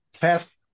fast